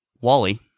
Wally